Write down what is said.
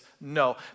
No